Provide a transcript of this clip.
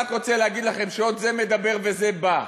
אני רק רוצה להגיד לכם שעוד זה מדבר וזה בא.